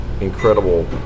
incredible